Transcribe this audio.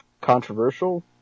controversial